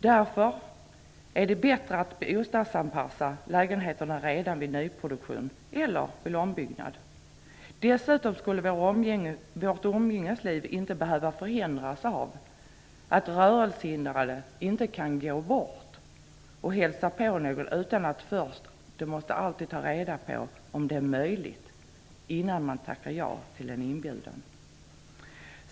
Därför är det bättre att bostadsanpassa lägenheterna redan vid nyproduktion eller vid ombyggnad. Dessutom skulle vårt umgängesliv inte behöva förhindras av att rörelsehindrade innan de tackar ja till en inbjudan först måste ta reda på om det över huvud taget är möjligt för dem att komma och hälsa på.